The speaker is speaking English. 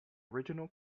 original